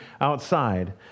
outside